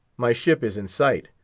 my ship is in sight.